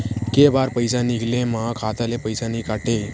के बार पईसा निकले मा खाता ले पईसा नई काटे?